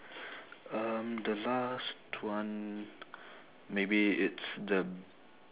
um the last one maybe it's the